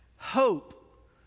hope